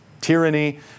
tyranny